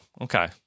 Okay